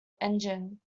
engine